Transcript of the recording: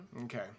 Okay